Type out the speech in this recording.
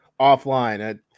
offline